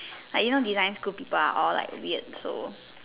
like you know design school people are all like weird so